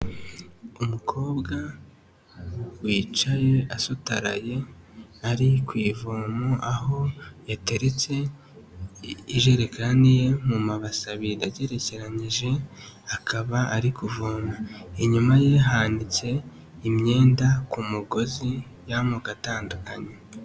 Umukobwa wicaye asutaraye ari ku ivomo aho yateretse ijerekani ye mu mabase abiri agerekeranyije, akaba ari kuvoma. Inyuma ye hanitse imyenda ku mugozi y'amoko atandukanye.